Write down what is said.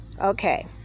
Okay